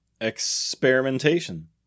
Experimentation